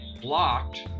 blocked